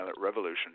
revolution